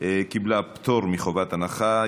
קיבלה פטור מחובת הנחה.